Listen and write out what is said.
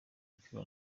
w’umupira